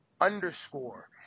underscore